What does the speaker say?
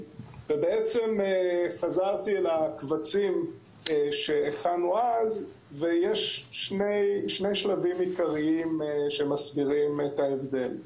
חזרתי לקבצים שהכנו אז ויש שני שלבים עיקריים שמסבירים את ההבדל: